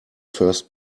first